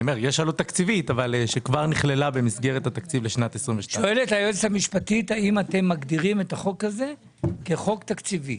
אני אמור שיש עלות תקציבית אבל כבר נכללה במסגרת התקציב לשנת 2022. שואלת היועצת המשפטית האם אתם מגדירים את החוק הזה כחוק תקציבי.